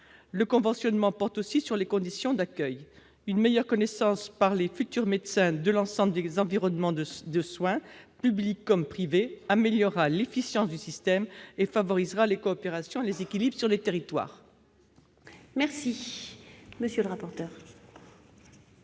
Le conventionnement porte aussi sur les conditions d'accueil. Une meilleure connaissance par les futurs médecins de l'ensemble des environnements de soins, publics comme privés, améliorera l'efficience du système et favorisera les coopérations et les équilibres sur les territoires. Quel